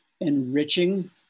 enriching